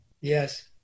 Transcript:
Yes